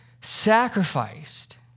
sacrificed